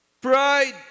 pride